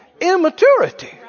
immaturity